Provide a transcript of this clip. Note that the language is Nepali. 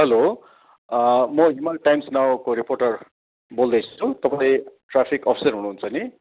हेलो म हिमाल टाइम्स नाऊको रिपोर्टर बोल्दैछु तपाईँ ट्राफिक अफिसर हुनुहुन्छ नि